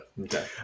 Okay